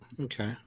Okay